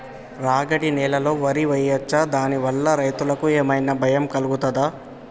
రాగడి నేలలో వరి వేయచ్చా దాని వల్ల రైతులకు ఏమన్నా భయం కలుగుతదా?